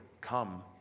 come